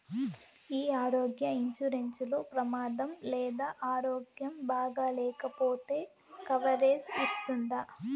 ఈ ఆరోగ్య ఇన్సూరెన్సు లో ప్రమాదం లేదా ఆరోగ్యం బాగాలేకపొతే కవరేజ్ ఇస్తుందా?